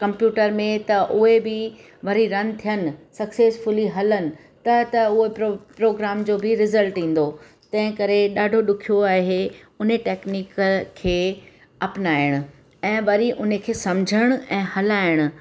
computer में त उहे बि वरी रन थियनि सक्सेसफूली हलनि त त उहे प्रो प्रोग्राम जो बि रिज़ल्ट ईंदो तंहिं करे ॾाढो ॾुखियो आहे उन टैकनीक खे अपनाइणु ऐं वरी उन खे सम्झणु ऐं हलाइणु